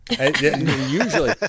usually